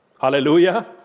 Hallelujah